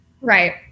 right